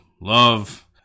love